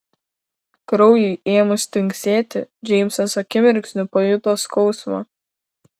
kraujui ėmus tvinksėti džeimsas akimirksniu pajuto skausmą